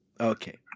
Okay